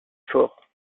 fort